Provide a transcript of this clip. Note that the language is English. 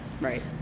Right